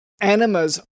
animas